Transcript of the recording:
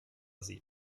sieht